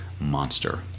monster